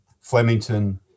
Flemington